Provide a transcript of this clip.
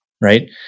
right